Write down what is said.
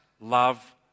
Love